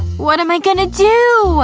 what am i going to do?